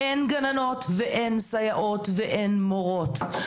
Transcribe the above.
אין גננות ואין סייעות ואין מורות.